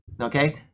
Okay